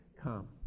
Come